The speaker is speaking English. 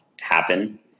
happen